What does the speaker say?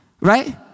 Right